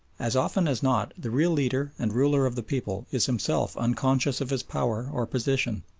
as often as not the real leader and ruler of the people is himself unconscious of his power or position.